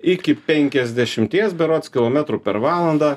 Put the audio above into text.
iki penkiasdešimties berods kilometrų per valandą